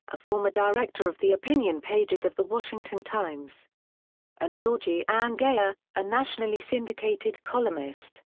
a former director of the opinion pages of the washington times and georgie anne geyer, a nationally syndicated columnist.